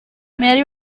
mary